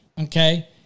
okay